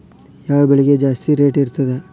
ಯಾವ ಬೆಳಿಗೆ ಜಾಸ್ತಿ ರೇಟ್ ಇರ್ತದ?